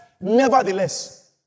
nevertheless